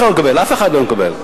אף אחד לא מקבל.